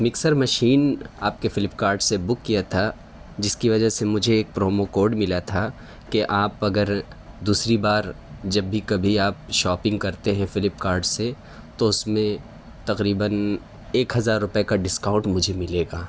mixer machine آپ کے Flipkart سے بک کیا تھا جس کی وجہ سے مجھے ایک پرومو کوڈ ملا تھا کہ آپ اگر دوسری بار جب بھی کبھی آپ شاپنگ کرتے ہیں فلپ کارٹ سے تو اس میں تقریباً ایک ہزار روپئے کا ڈسکاؤنٹ مجھے ملے گا